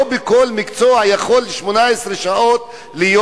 לא בכל מקצוע יכולים ב-18 שעות להיות,